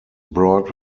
brought